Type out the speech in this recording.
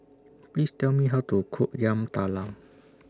Please Tell Me How to Cook Yam Talam